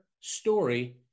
story